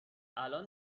الان